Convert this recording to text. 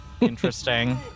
Interesting